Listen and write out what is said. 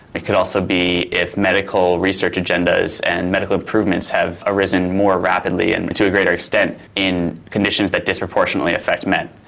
it could also be if medical research agendas and medical improvements have arisen more rapidly and to a greater extent in conditions that disproportionately affect men.